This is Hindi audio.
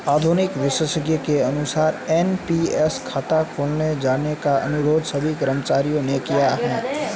आर्थिक विशेषज्ञ के अनुसार एन.पी.एस खाता खोले जाने का अनुरोध सभी कर्मचारियों ने किया